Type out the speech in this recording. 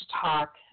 talk